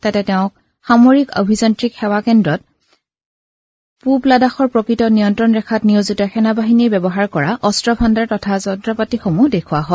তাতে তেওঁক সামৰিক অভিযান্ত্ৰিক সেৱা কেন্দ্ৰত পুব লাডাখৰ প্ৰকৃত নিয়ন্ত্ৰণ ৰেখাত নিয়োজিত সেনাবাহিনীয়ে ব্যৱহাৰ কৰা অস্ত্ৰভাণ্ডাৰ তথা যন্ত্ৰপাতিসমূহ দেখুওৱা হয়